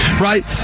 right